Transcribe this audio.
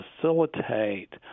facilitate